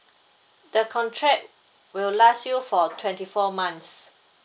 the contract will last you for twenty four months